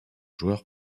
joueur